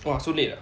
!wah! so late ah